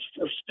first